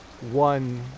one